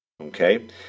okay